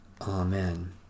Amen